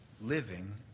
living